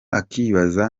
akibaza